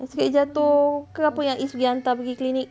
yang sikit hari jatuh ke apa yang izz pergi hantar pergi clinic